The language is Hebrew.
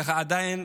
ועדיין,